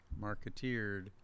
marketeered